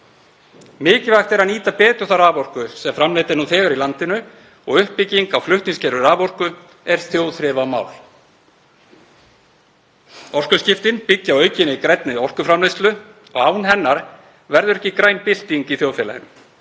Mikilvægt er að nýta betur þá raforku sem nú þegar er framleidd í landinu, og uppbygging á flutningskerfi raforku er þjóðþrifamál. Orkuskiptin byggja á aukinni grænni orkuframleiðslu og án hennar verður ekki græn bylting í þjóðfélaginu.